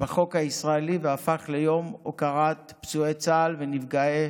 בחוק הישראלי והפך ליום הוקרת פצועי צה"ל ונפגעי